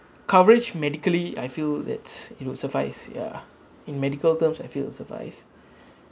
coverage medically I feel that's it would suffice ya in medical terms I feel will suffice